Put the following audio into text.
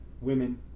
women